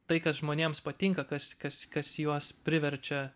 tai kas žmonėms patinka kas kas kas juos priverčia